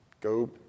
Go